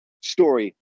story